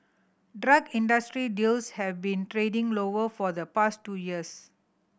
drug industry deals have been trending lower for the past two years